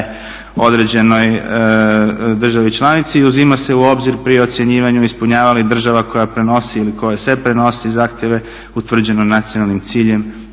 određenoj državi članici i uzima se u obzir pri ocjenjivanju ispunjava li država koja prenosi ili kojoj se prenosi zahtjeve utvrđene nacionalnim ciljem